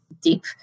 deep